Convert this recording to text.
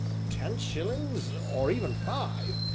ten shillings, or even five,